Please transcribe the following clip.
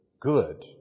good